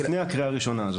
לפני הקריאה הראשונה.